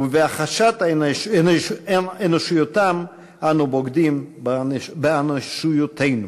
ובהכחשת אנושיותם אנו בוגדים באנושיותנו".